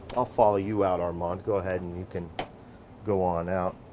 i'll follow you out, armand, go ahead and you can go on out.